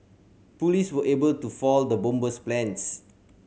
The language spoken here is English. police were able to foil the bomber's plans